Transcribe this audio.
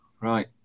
right